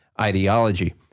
ideology